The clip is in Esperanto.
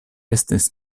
estis